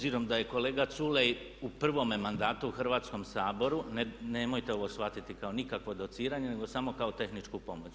Obzirom da je kolega Culej u prvome mandatu u Hrvatskom saboru nemojte ovo shvatiti kao nikakvo dociranje, nego samo kao tehničku pomoć.